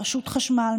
רשות החשמל,